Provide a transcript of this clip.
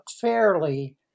fairly